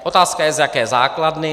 Otázka je, z jaké základny.